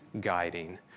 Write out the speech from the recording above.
guiding